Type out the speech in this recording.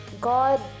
God